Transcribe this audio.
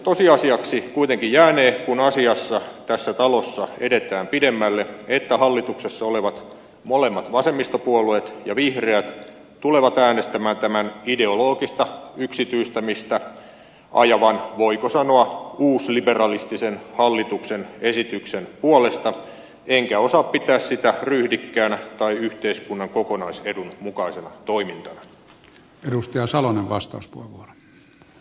tosiasiaksi kuitenkin jäänee kun asiassa tässä talossa edetään pidemmälle että hallituksessa olevat molemmat vasemmistopuolueet ja vihreät tulevat äänestämään tämän ideologista yksityistämistä ajavan voiko sanoa uusliberalistisen hallituksen esityksen puolesta enkä osaa pitää sitä ryhdikkäänä tai yhteiskunnan kokonaisedun mukaisena toimintana